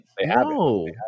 No